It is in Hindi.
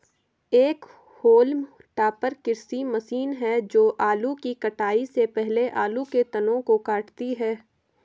एक होल्म टॉपर कृषि मशीन है जो आलू की कटाई से पहले आलू के तनों को काटती है